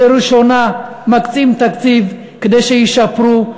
לראשונה מקצים תקציב כדי שישפרו,